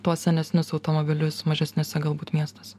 tuos senesnius automobilius mažesniuose galbūt miestuose